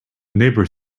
neighbour